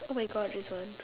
oh my god this one